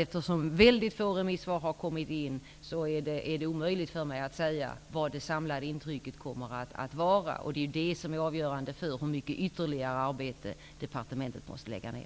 Eftersom få remissvar har kommit in, är det alltså omöjligt för mig att säga vad det samlade intrycket blir. Det är det som är avgörande för hur mycket ytterligare arbete departementet måste lägga ned.